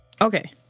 Okay